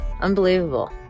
Unbelievable